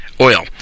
oil